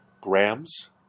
grams